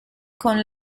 con